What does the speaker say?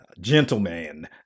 gentleman